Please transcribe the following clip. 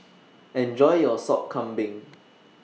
Enjoy your Sop Kambing